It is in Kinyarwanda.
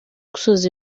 gusoza